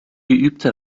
geübte